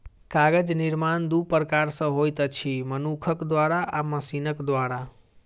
कागज निर्माण दू प्रकार सॅ होइत अछि, मनुखक द्वारा आ मशीनक द्वारा